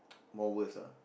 more worse lah